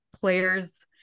players